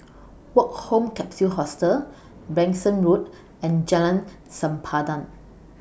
Woke Home Capsule Hostel Branksome Road and Jalan Sempadan